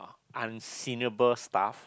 stuff